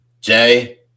Jay